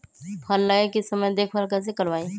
फल लगे के समय देखभाल कैसे करवाई?